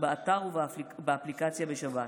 באתר ובאפליקציה בשבת.